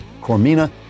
Cormina